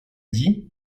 dits